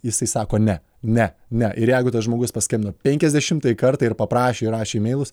jisai sako ne ne ne ir jeigu tas žmogus paskambino penkiasdešimtąjį kartą ir paprašė ir rašė imeilus